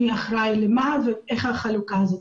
מי אחראי למה ואיך החלוקה הזאת.